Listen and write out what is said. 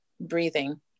breathing